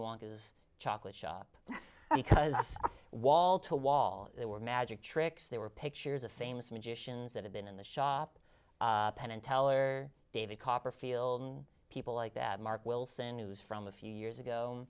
wonka's chocolate shop because wall to wall there were magic tricks there were pictures of famous magicians that had been in the shop penn and teller david copperfield people like that mark wilson who's from a few years ago